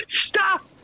Stop